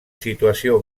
situació